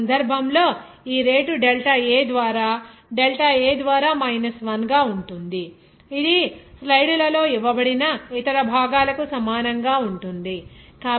ఇక్కడ ఈ సందర్భంలో ఈ రేటు డెల్టా A ద్వారా డెల్టా A ద్వారా మైనస్ 1 గా ఉంటుంది ఇది స్లైడ్లలో ఇవ్వబడిన ఇతర భాగాలకు సమానంగా ఉంటుంది